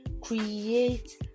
create